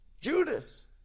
Judas